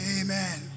Amen